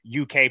UK